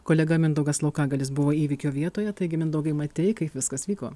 kolega mindaugas laukagalis buvo įvykio vietoje taigi mindaugai matei kaip viskas vyko